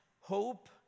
hope